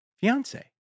Fiance